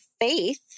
faith